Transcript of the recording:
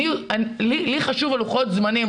לי חשוב לוחות הזמנים,